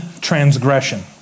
transgression